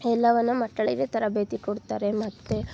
ಎಲ್ಲವನ್ನು ಮಕ್ಕಳಿಗೆ ತರಬೇತಿ ಕೊಡುತ್ತಾರೆ ಮತ್ತು